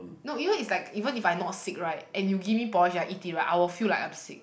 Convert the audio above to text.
no even it's like even if I'm not sick right and you give me porridge I eat it right I will feel like I'm sick